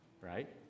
right